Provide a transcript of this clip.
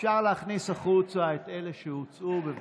אפשר להכניס פנימה את אלה שהוצאו, בבקשה.